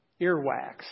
Earwax